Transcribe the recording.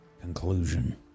conclusion